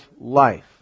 life